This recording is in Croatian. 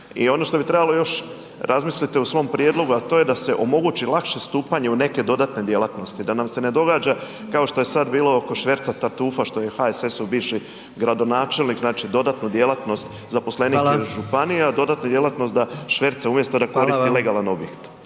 I ono što bi trebalo još razmisliti u svom prijedlogu, a to je da se omogući lakše stupanje u neke dodatne djelatnosti, da nam se ne događa kao što je sad bilo oko šverca tartufa, što je HSS-ov bivši gradonačelnik znači dodatnu djelatnost zaposlenik .../Upadica predsjednik: Hvala./... ili županija, dodatno djelatnost da šverca umjesto da koristi .../Upadica